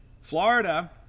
Florida